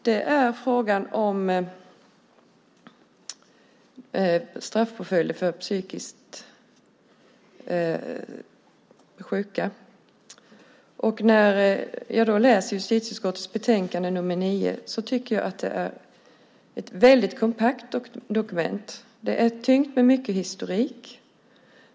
Det är frågan om straffpåföljder för psykiskt sjuka. När jag läser justitieutskottets betänkande nr 9 tycker jag att det är ett väldigt kompakt dokument. Det är tyngt av mycket historik.